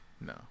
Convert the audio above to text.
No